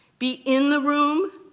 be in the room,